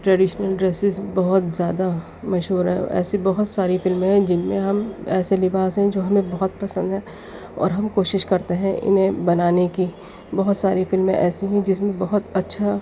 traditional dresses بہت زیادہ مشہور ہیں ایسی بہت ساری فلمیں ہیں جن میں ہم ایسے لباس ہیں جو ہمیں بہت پسند ہیں اور ہم کوشش کرتے ہیں انہیں بنانے کی بہت ساری فلمیں ایسی ہیں جس میں بہت اچھا